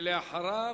ואחריו,